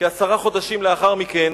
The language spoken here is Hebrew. כעשרה חודשים לאחר מכן